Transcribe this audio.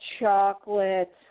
chocolate